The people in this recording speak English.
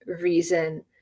reason